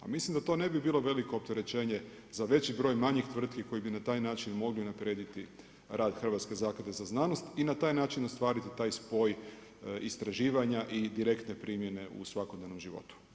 A mislim da to ne bi bilo veliko opterećenje za veći broj manjih tvrtki koje bi na taj način mogle unaprijediti rad Hrvatske zaklade za znanost i na taj način ostvariti taj spoj istraživanja i direktne primjene u svakodnevnom životu.